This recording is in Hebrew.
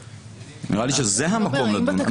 נראה לי שזה המקום לדון.